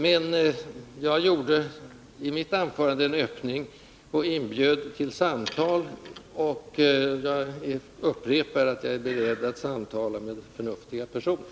Men jag gjorde i mitt anförande en öppning och inbjöd till samtal, och jag upprepar att jag är beredd att samtala med förnuftiga personer.